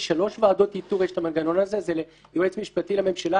בשלוש ועדות איתור יש את המנגנון הזה יועץ משפטי לממשלה,